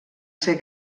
ser